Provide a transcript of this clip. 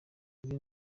ibyo